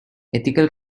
ethical